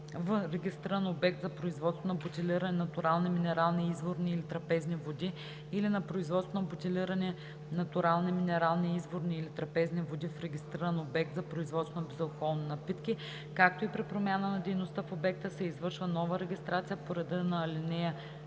в регистриран обект за производство на бутилирани натурални минерални, изворни или трапезни води, или на производство на бутилирани натурални минерални, изворни или трапезни води в регистриран обект за производство на безалкохолни напитки, както и при промяна на дейността в обекта, се извършва нова регистрация по реда на ал.